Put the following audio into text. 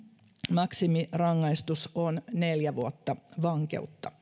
maksimirangaistus on neljä vuotta vankeutta